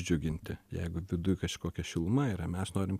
džiuginti jeigu viduj kažkokia šiluma yra mes norim